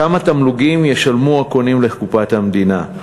כמה תמלוגים ישלמו הקונים לקופת המדינה.